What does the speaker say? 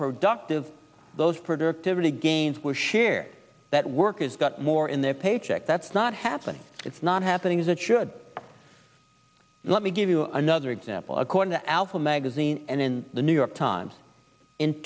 productive those productivity gains were share that workers got more in their paycheck that's not happening it's not happening as it should let me give you another example according to alfa magazine and in the new york times in